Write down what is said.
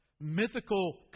mythical